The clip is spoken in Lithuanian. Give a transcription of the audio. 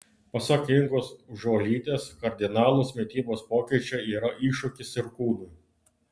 pasak ingos žuolytės kardinalūs mitybos pokyčiai yra iššūkis ir kūnui